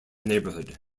neighborhood